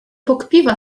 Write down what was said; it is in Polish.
pokpiwa